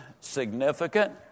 significant